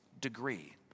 degree